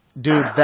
Dude